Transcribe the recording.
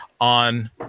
on